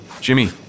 Jimmy